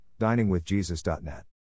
diningwithjesus.net